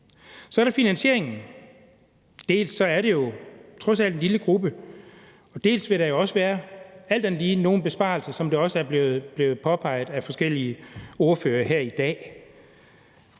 Så er der finansieringen. Dels er det trods alt en lille gruppe, der er tale om, dels vil der også alt andet lige være nogle besparelser, som det også er blevet påpeget af forskellige ordførere her i dag.